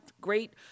great